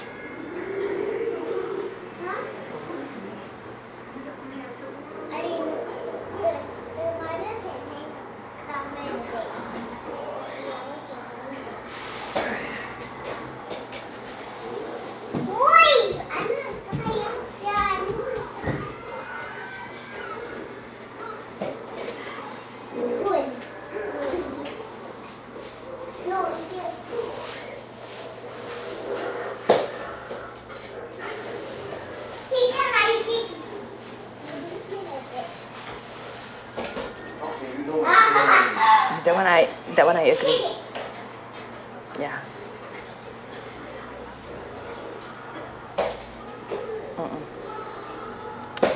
that [one] I that [one] I agree ya mm mm